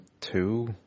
two